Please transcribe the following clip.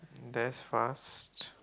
that's fast